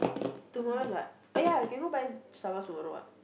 tomorrow is what oh ya we can go buy Starbucks tomorrow what